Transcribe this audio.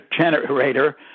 generator